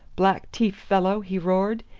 black tief fellow, he roared.